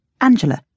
Angela